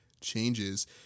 changes